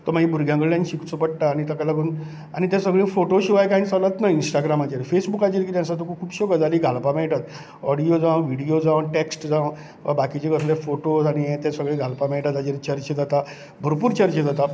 तो मागीर भुरग्यां कडल्यान शिकचो पडटा आनी ताका लागून आनी तें सगळे फोटो शिवाय कांय चलंच ना इंस्टाग्रामाचेर फेसबूकाचेर कितें आसा तुका खुबशो गजाली घालपाक मेळटात ऑडियो जावं विडियो जावं टेक्स्ट जावं बाकीच्यो कसले फोटोज आनी हे तें सगळें घालपाक मेळटा ताचेर चर्चा जाता भरपूर चर्चा जाता